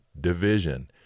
division